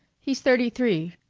he's thirty-three,